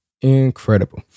Incredible